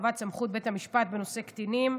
הרחבת סמכות בית המשפט בנושא קטינים).